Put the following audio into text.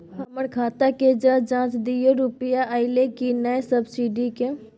हमर खाता के ज जॉंच दियो रुपिया अइलै की नय सब्सिडी के?